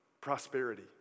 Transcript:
prosperity